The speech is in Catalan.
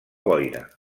boira